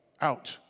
out